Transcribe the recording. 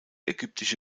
ägyptische